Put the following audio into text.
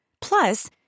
Plus